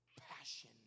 passion